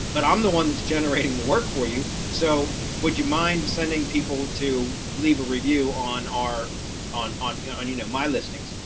but i'm the one that's generating the work for you. so would you mind sending people to leave a review on our on on yeah you know, my listings,